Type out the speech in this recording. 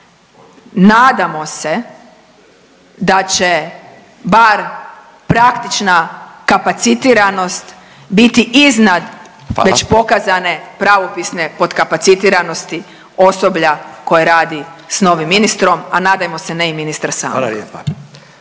Nadamo se da će bar praktična kapacitiranost biti iznad …/Upadica Radin: Hvala/…već pokazane pravopisne potkapacitiranosti osoblja koje radi s novim ministrom, a nadajmo se ne i ministra samog.